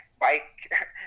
bike